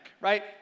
right